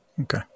Okay